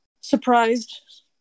surprised